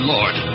Lord